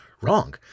wrong